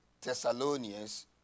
Thessalonians